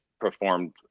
performed